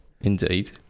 Indeed